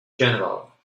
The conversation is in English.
general